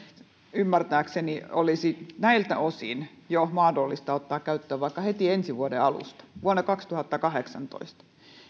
ymmärtääkseni olisi näiltä osin mahdollista ottaa käyttöön vaikka jo heti ensi vuoden alusta vuonna kaksituhattakahdeksantoista